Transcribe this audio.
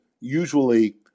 usually